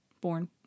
born